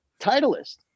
Titleist